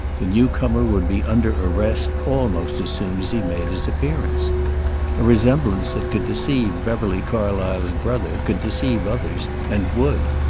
the newcomer would be under arrest almost as soon as he made his appearance. a resemblance that could deceive beverly carlysle's brother could deceive others, and would.